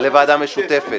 לוועדה משותפת